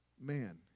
man